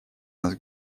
нас